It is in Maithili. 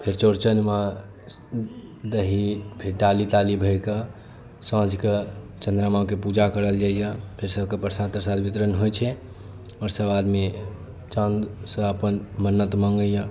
फेर चौरचनमे दही फेर डाली ताली भरिकऽ साँझके चन्द्रमाके पूजा करल जाइए फेर सबके परसाद तरसाद वितरण होइ छै आओर सब आदमी चाँदसँ अपन मन्नत माँगैए